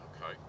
Okay